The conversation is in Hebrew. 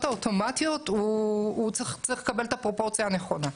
האוטומטיות הוא צריך לקבל את הפרופורציה הנכונה.